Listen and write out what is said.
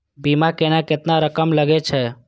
बीमा में केतना रकम लगे छै?